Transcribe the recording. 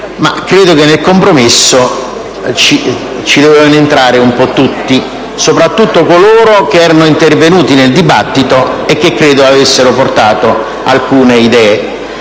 ma credo che nel compromesso ci dovessero entrare un po' tutti, soprattutto coloro che erano intervenuti nel dibattito e che credo avessero portato alcune idee.